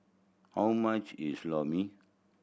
how much is Lor Mee